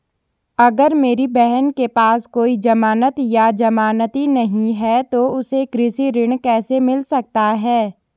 अगर मेरी बहन के पास कोई जमानत या जमानती नहीं है तो उसे कृषि ऋण कैसे मिल सकता है?